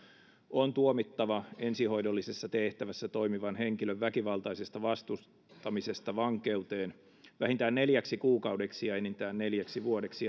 on tuomittava ensihoidollisessa tehtävässä toimivan henkilön väkivaltaisesta vastustamisesta vankeuteen vähintään neljäksi kuukaudeksi ja enintään neljäksi vuodeksi